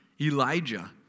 Elijah